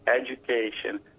education